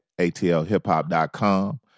ATLHipHop.com